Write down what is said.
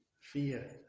Fear